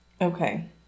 Okay